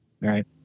right